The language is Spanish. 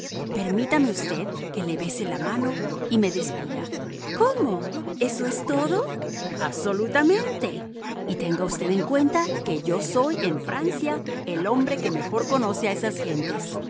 permítame usted que le bese la manó y me despida cómo eso es todo absolutamente y tenga usted en cuenta que yo soy en francia el hombre que mejor conoce a esas gentes